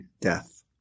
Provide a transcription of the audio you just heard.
death